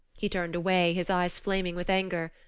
he turned away, his eyes flaming with anger.